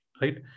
Right